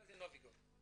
זה נובי גוד.